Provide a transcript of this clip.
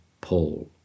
Paul